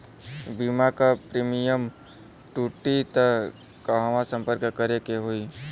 बीमा क प्रीमियम टूटी त कहवा सम्पर्क करें के होई?